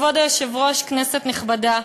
כבוד היושב-ראש, כנסת נכבדה,